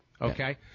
Okay